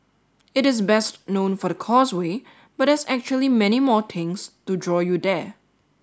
it is best known for the Causeway but there's actually many more things to draw you there